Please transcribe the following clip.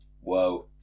whoa